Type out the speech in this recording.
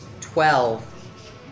Twelve